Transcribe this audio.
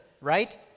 right